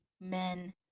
men